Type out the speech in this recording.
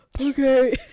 okay